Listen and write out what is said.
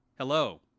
Hello